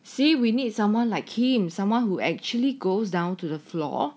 see we need someone like him someone who actually goes down to the floor